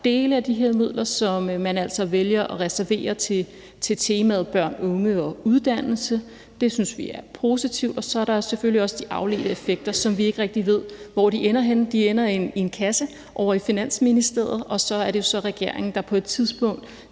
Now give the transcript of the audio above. dele af de her midler, som man altså vælger at reservere til temaet børn, unge og uddannelse. Det synes vi er positivt. Og så er der selvfølgelig også de afledte effekter, som vi ikke rigtig ved hvor ender henne. De ender i en kasse ovre i Finansministeriet, og så er det jo så regeringen, der på et tidspunkt